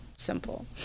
Simple